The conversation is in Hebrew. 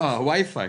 לא, wifi.